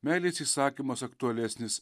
meilės įsakymas aktualesnis